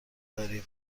داریم